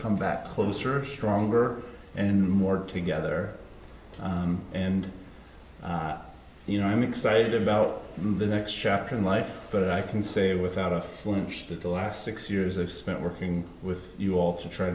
come back closer stronger and more together and you know i'm excited about the next chapter in life but i can say without a flinch that the last six years i've spent working with you all to try